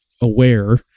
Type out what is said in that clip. aware